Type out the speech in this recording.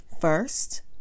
First